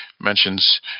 mentions